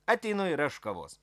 ateinu ir aš kavos